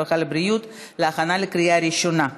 הרווחה והבריאות להכנה לקריאה הראשונה.